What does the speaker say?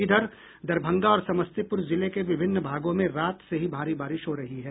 इधर दरभंगा और समस्तीपुर जिले के विभिन्न भागों में रात से ही भारी बारिश हो रही है